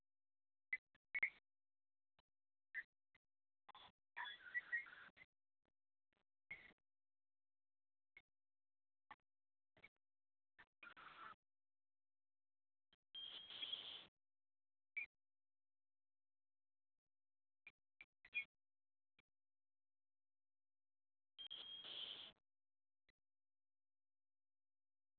ᱫᱟᱢ ᱛᱚ ᱵᱟᱢ ᱟᱲᱟᱜ ᱠᱟᱹᱣᱫᱤᱧᱟ